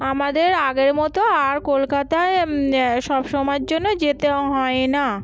আমাদের আগের মতো আর কলকাতায় সব সময়ের জন্য যেতেও হয় না